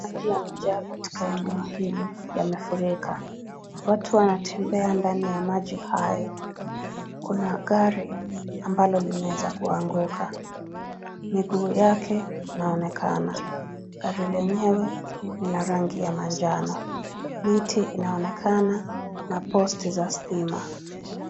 Maji yamejaa katika eneo hili, yamefurika watu wanatembea ndani ya maji hayo, kuna gari ambalo limeweza kuanguka miguu yake inaonekana, gari lenyewe ni la rangi ya manjano miti inaonekana na posti za stima.